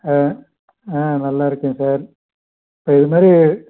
ஆ ஆ நல்லா இருக்கேன் சார் இப்போ இது மாதிரி